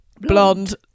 Blonde